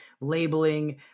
labeling